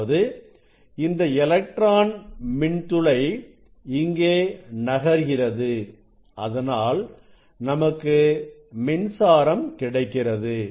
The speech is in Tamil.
அதாவது இந்த எலக்ட்ரான் மின்துளை இங்கே நகர்கிறது அதனால் நமக்கு மின்சாரம் கிடைக்கிறது